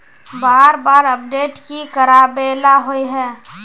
बार बार अपडेट की कराबेला होय है?